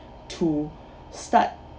to start